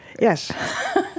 Yes